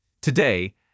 Today